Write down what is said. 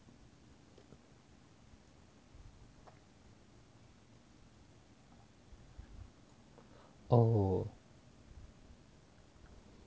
oh